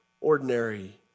ordinary